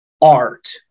art